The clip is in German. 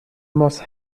moss